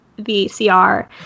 VCR